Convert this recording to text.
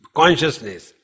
consciousness